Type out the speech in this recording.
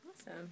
Awesome